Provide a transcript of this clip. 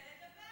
בבקשה.